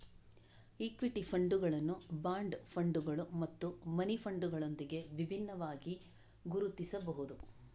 equity ಫಂಡುಗಳನ್ನು bond ಫಂಡುಗಳು ಮತ್ತು ಮನಿ ಫಂಡುಗಳೊಂದಿಗೆ ವಿಭಿನ್ನವಾಗಿ ಗುರುತಿಸಬಹುದು